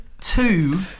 two